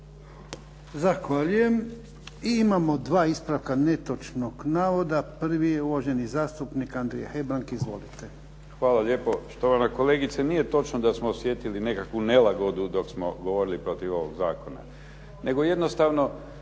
Zahvaljujem. I imamo dva ispravka netočnog navoda. Prvi je uvaženi zastupnik Andrija Hebrang. Izvolite. **Hebrang, Andrija (HDZ)** Hvala lijepo. Štovana kolegice, nije točno da smo osjetili nekakvu nelagodu dok smo govorili protiv ovog zakona, nego jednostavno